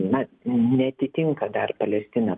na neatitinka dar palestina